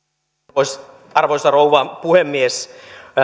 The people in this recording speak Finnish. arvoisa arvoisa rouva puhemies